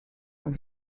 from